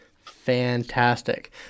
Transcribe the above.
Fantastic